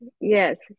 Yes